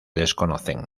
desconocen